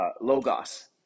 logos